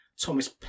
Thomas